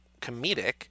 comedic